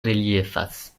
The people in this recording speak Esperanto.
reliefas